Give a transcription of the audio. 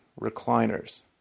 recliners